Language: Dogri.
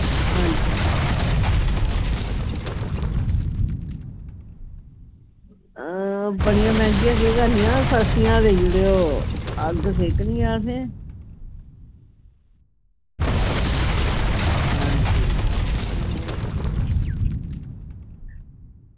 हां जी बड़ियां मैंह्गियां केह् करनियां सस्तियां गै देई ओड़ेओ अग्ग सेकनी ऐ असें हां जी हां